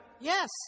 Yes